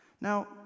Now